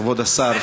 כבוד השר,